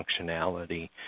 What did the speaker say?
functionality